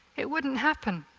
it wouldn't happen.